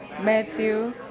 matthew